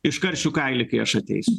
iškaršiu kailį kai aš ateisiu